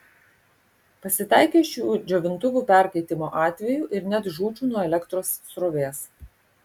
pasitaikė šių džiovintuvų perkaitimo atvejų ir net žūčių nuo elektros srovės